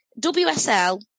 WSL